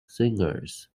singers